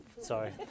Sorry